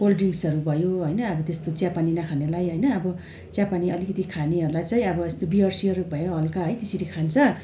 cold ड्रिङ्कसहरू भयो होइन अब त्यस्तो चियापानी नखानेलाई होइन अब चियापानी अलिकति खानेहरूलाई चाहिँ अब यस्तो बियर सियर भयो हल्का है त्यसरी खान्छ